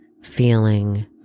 feeling